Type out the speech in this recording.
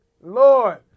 Lord